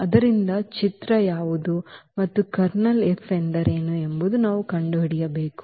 ಆದ್ದರಿಂದ ಚಿತ್ರ ಯಾವುದು ಮತ್ತು ಎಂದರೇನು ಎಂಬುದನ್ನು ನಾವು ಕಂಡುಹಿಡಿಯಬೇಕು